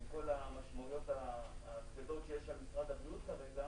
עם כל המשמעויות הכבדות שיש על משרד הבריאות כרגע,